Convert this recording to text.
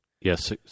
Yes